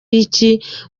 iki